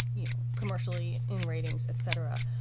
you know, commercially in ratings, et cetera.